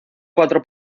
cuatro